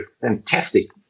fantastic